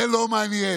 זה לא מעניין.